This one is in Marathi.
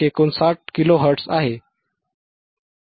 59 KHz आहे